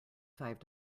five